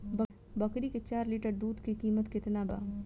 बकरी के चार लीटर दुध के किमत केतना बा?